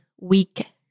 week